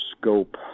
scope